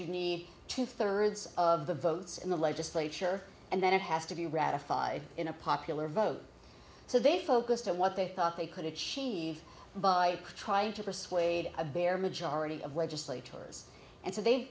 you need two thirds of the votes in the legislature and then it has to be ratified in a popular vote so they focused on what they thought they could achieve by trying to persuade a bare majority of legislators and so they